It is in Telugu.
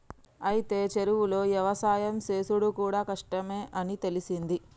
అయితే చెరువులో యవసాయం సేసుడు కూడా కష్టమే అని తెలిసింది